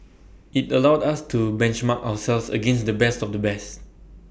IT allowed us to benchmark ourselves against the best of the best